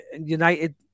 United